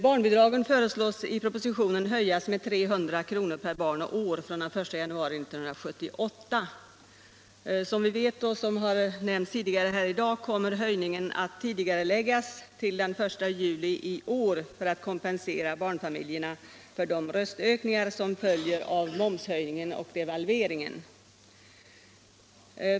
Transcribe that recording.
år från den 1 januari 1978. Som vi vet, och det har nämnts tidigare i dag, kommer höjningen att tidigareläggas till den 1 juli i år för att kompensera barnfamiljerna för de kostnadsökningar som följer av momshöjningen och devalveringen.